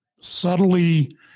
subtly